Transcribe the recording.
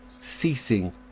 ceasing